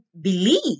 believe